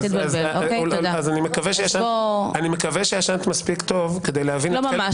אני מקווה שישנת מספיק טוב כדי להבין --- לא ממש.